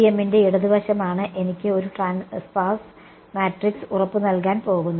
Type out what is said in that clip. FEM ന്റെ ഇടത് വശമാണ് എനിക്ക് ഒരു സ്പാർസ് മാട്രിക്സ് ഉറപ്പ് നൽകാൻ പോകുന്നത്